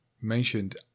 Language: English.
mentioned